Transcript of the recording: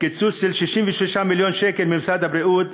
קיצוץ של 66 מיליון שקלים במשרד הבריאות,